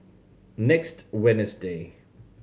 next Wednesday